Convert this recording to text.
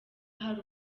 hari